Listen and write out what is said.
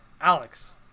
Alex